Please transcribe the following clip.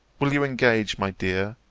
will you engage, my dear,